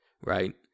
right